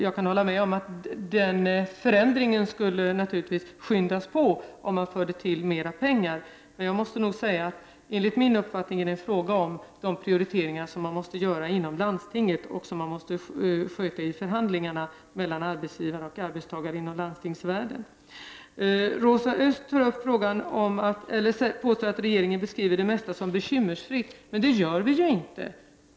Jag kan hålla med om att den förändringen naturligtvis skulle skyndas på, om man förde till mera pengar, men enligt min uppfattning är detta en fråga om prioriteringar som måste göras inom landstingen och som måste skötas i förhandlingar mellan arbetsgivare och arbetstagare inom landstingsvärlden. Rosa Östh påstår att regeringen beskriver det mesta som bekymmersfritt, men det gör vi ju inte.